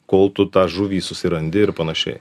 kol tu tą žuvį susirandi ir panašiai